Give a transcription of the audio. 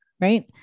Right